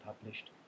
published